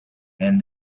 and